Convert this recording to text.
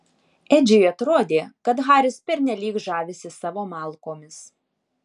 edžiui atrodė kad haris pernelyg žavisi savo malkomis